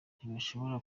ntibashoboye